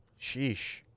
Sheesh